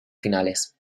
finales